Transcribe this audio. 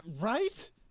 Right